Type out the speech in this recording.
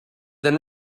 than